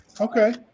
Okay